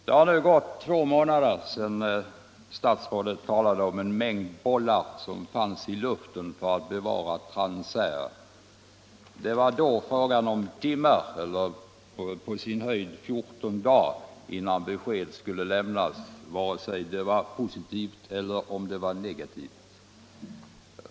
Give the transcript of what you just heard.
Det har nu gått två månader sedan statsrådet talade om en mängd bollar som fanns i luften för att bevara Transair. Det var då fråga om timmar eller på sin höjd 14 dagar innan besked skulle lämnas, vare sig det var positivt eller negativt.